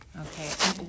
Okay